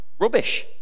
Rubbish